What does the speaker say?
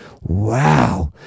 wow